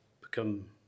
become